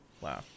Wow